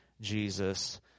Jesus